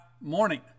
morning